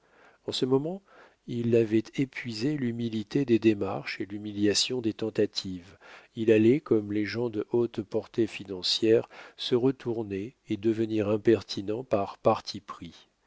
en ce moment il avait épuisé l'humilité des démarches et l'humiliation des tentatives il allait comme les gens de haute portée financière se retourner et devenir impertinent par parti pris